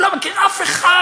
הוא לא מכיר אף אחד,